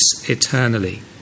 eternally